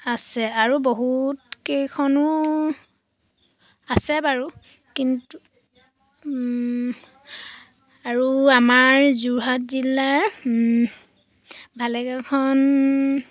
আছে আৰু বহুতকেইখনো আছে বাৰু কিন্তু আৰু আমাৰ যোৰহাট জিলাৰ ভালেকেইখন